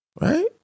right